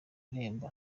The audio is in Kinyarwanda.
irembo